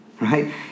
right